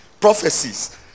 Prophecies